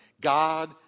God